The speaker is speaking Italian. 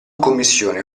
commissione